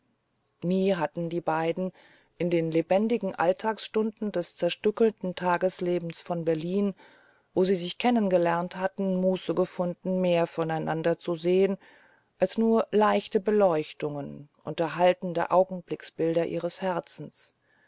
nie hatten die beiden in den lebendigen alltagstunden des zerstückelten tageslebens von berlin wo sie sich kennen gelernt hatten muße gefunden mehr voneinander zu sehen als nur leichte beleuchtungen unterhaltende augenblicksbilder ihres herzens